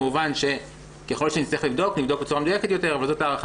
כמובן שנצטרך לבדוק בצורה מדויקת יותר וזו הערכה